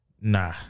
nah